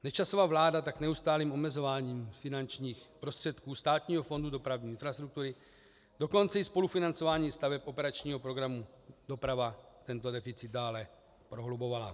Nečasova vláda tak neustálým omezováním finančních prostředků Státního fondu dopravní infrastruktury, dokonce i spolufinancováním staveb operačního programu Doprava tento deficit dále prohlubovala.